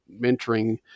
mentoring